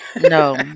No